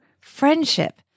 friendship